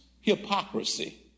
Hypocrisy